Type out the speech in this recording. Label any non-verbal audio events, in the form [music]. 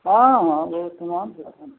हाँ हाँ वह [unintelligible]